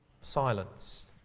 silence